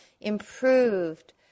improved